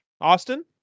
Austin